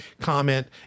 comment